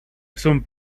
son